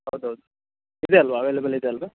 ಹೌದು ಹೌದು ಇದೆಯಲ್ವ ಅವೆಲೆಬಲ್ ಇದೆಯಲ್ವ